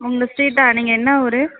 உங்கள் ஸ்டீரீட்டா நீங்கள் என்ன ஊர்